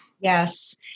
Yes